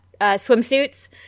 swimsuits